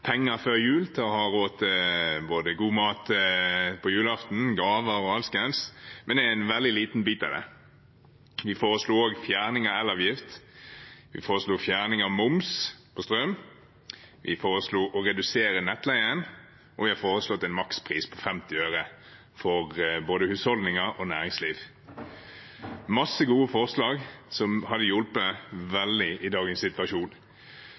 penger før jul og ha råd til både god mat og gaver på julaften, men det er en veldig liten bit av det. Vi foreslo også fjerning av elavgiften, vi foreslo fjerning av moms på strøm, vi foreslo å redusere nettleien, og vi har foreslått en makspris på 50 øre for både husholdninger og næringsliv – mange gode forslag som hadde hjulpet veldig i dagens situasjon.